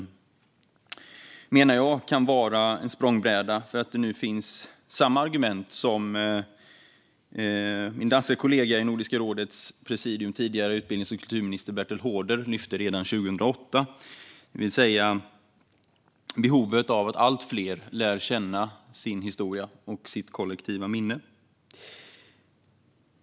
Jag menar att den kan vara en språngbräda för samma argument som nu finns och som lyftes upp redan 2008 av min danska kollega i Nordiska rådets presidium, tidigare utbildnings och kulturminister, Bertel Haarder, det vill säga behovet av att allt fler lär känna sin historia och sitt kollektiva minne.